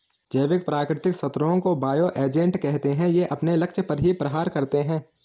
जैविक प्राकृतिक शत्रुओं को बायो एजेंट कहते है ये अपने लक्ष्य पर ही प्रहार करते है